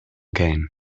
game